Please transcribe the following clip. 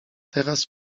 teraz